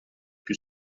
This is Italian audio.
più